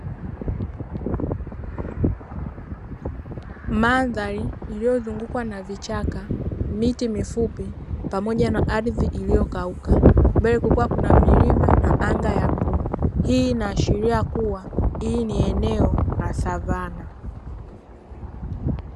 Mandhari iliyo zungukwa na vichaka, miti mifupi pamoja na ardhi iliyo kauka. Mbele kukiwa kuna milima na anga la bluu, hii inaashiria kuwa hili ni eneo la savana.